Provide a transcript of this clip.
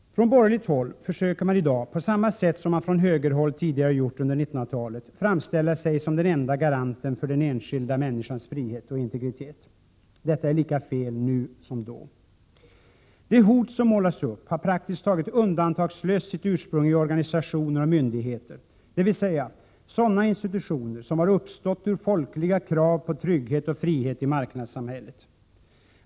Från borgerligt håll försöker man i dag, på samma sätt som man från högerhåll tidigare gjort under 1900-talet, framställa sig som den enda garanten för den enskilda människans frihet och integritet. Detta är lika fel nu som då. Det hot som målas upp har praktiskt taget undantagslöst sitt ursprung i organisationer och myndigheter, dvs. sådana institutioner som har uppstått ur folkliga krav på trygghet och frihet i marknadssamhället.